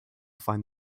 find